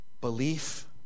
Belief